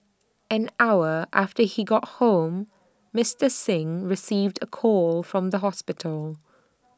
an hour after she got home Mister Singh received A call from the hospital